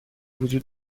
وجود